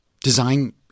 design